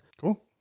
Cool